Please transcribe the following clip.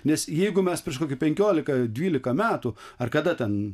nes jeigu mes prieš kokį penkiolika dvylika metų ar kada ten